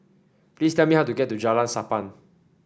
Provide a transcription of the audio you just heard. please tell me how to get to Jalan Sappan